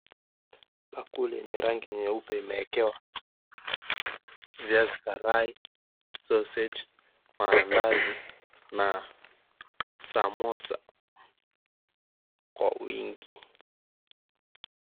Bakuli yenye rangi nyeupe imewekewa viazi karai sausage maandazi na samosa kwa wingi.